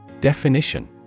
Definition